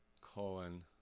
colon